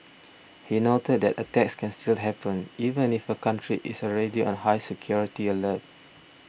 he noted that attacks can still happen even if a country is already on high security alert